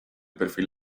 perfil